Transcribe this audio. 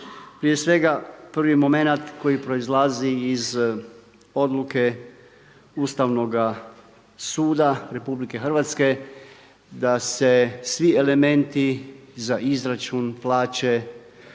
Prije svega prvi momenat koji proizlazi iz odluke Ustavnoga suda RH da se svi elementi za izračun plaće